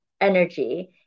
energy